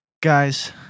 Guys